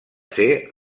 ser